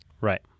Right